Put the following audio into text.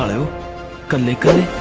you can make